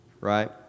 right